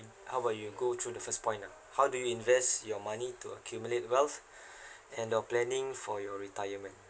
how about you go through the first point lah how do you invest your money to accumulate wealth and of planning for your retirement